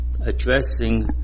addressing